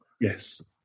Yes